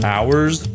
Hours